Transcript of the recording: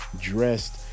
dressed